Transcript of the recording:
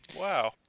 Wow